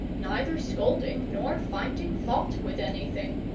neither scolding nor finding fault with anything.